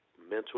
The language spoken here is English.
mental